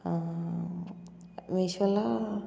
మీషోలో